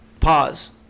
pause